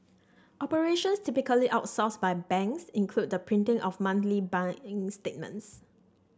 operations typically outsourced by banks include the printing of monthly bank in statements